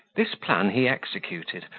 this plan he executed,